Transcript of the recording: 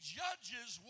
judges